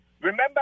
Remember